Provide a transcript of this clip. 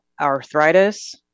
arthritis